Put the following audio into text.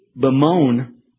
bemoan